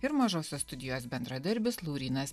ir mažosios studijos bendradarbis laurynas